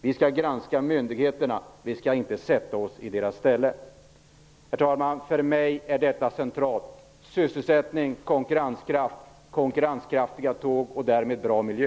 Vi skall granska myndigheterna. Vi skall inte sätta oss i deras ställe. Herr talman! För mig är detta centralt: Sysselsättning, konkurrenskraft, konkurrenskraftiga tåg och därmed bra miljö.